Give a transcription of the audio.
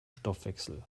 stoffwechsel